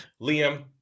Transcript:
Liam